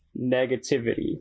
negativity